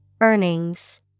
Earnings